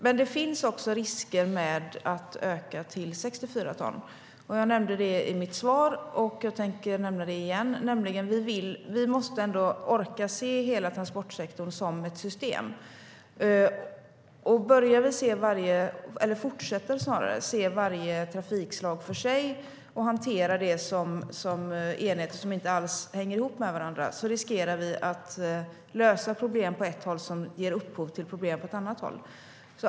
Men det finns också risker med att öka till 64 ton. Jag nämnde det i mitt svar, och jag tänker nämna det igen. Vi måste orka se hela transportsektorn som ett system. Fortsätter vi att se varje trafikslag för sig och hantera dem som enheter som inte alls hänger ihop med varandra riskerar vi att lösa problem på ett håll som ger upphov till problem på ett annat håll.